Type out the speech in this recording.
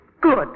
Good